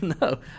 No